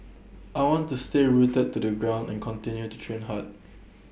I want to stay rooted to the ground and continue to train hard